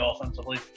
offensively